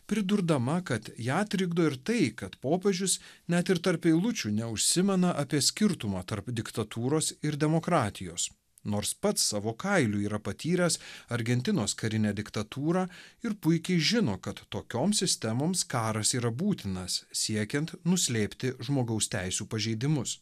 pridurdama kad ją trikdo ir tai kad popiežius net ir tarp eilučių neužsimena apie skirtumą tarp diktatūros ir demokratijos nors pats savo kailiu yra patyręs argentinos karinę diktatūrą ir puikiai žino kad tokiom sistemoms karas yra būtinas siekiant nuslėpti žmogaus teisių pažeidimus